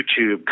YouTube